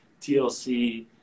TLC